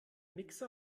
mixer